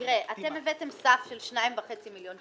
אתם הבאתם סף של 2.5 מיליון שקלים.